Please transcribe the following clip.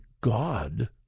God